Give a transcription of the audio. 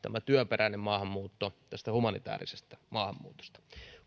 työperäinen maahanmuutto humanitäärisestä maahanmuutosta